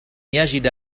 يجد